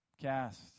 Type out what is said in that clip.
Cast